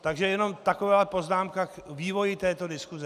Takže jenom taková poznámka k vývoji této diskuse.